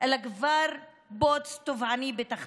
אלא כבר בוץ טובעני בתחתיתו.